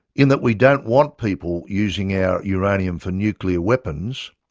in that we don't want people using our uranium for nuclear weapons,